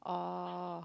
oh